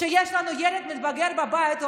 כשיש לנו ילד מתבגר בבית,